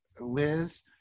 Liz